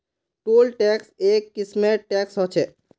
toll tax एक किस्मेर tax ह छः